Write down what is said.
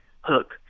hook